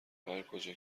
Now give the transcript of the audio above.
هرکجا